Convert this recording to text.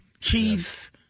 Keith